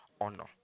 honor